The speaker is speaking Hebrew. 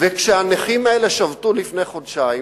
וכשהנכים האלה שבתו לפני חודשיים,